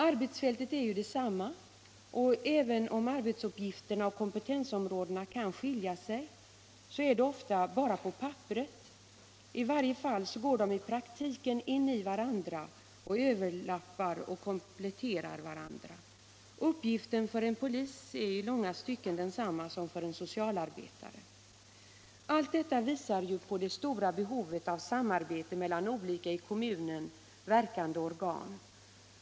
Arbetsfältet är ju detsamma, och även om arbetsuppgifterna och kompetensområdena kan skilja sig så är det ofta bara på papperet; i varje fall går de i praktiken in i varandra och överlappar och kompletterar varandra. Uppgiften för en polis är i långa stycken densamma som för en socialarbetare. Allt detta visar ju på det stora behovet av samarbete mellan olika i kommunen verkande organ.